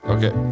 Okay